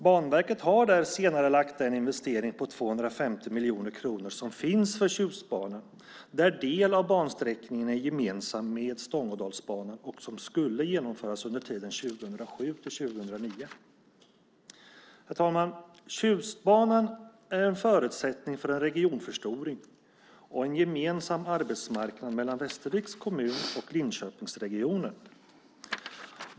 Banverket har där senarelagt den investering på 250 miljoner kronor som finns för Tjustbanan där en del av bansträckningen är gemensam med Stångådalsbanan och som skulle genomföras under tiden 2007-2009. Herr talman! Tjustbanan är en förutsättning för en regionförstoring och en gemensam arbetsmarknad mellan Västerviks kommun och Linköpingsregionen.